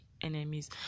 enemies